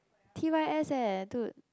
t_y_s eh dude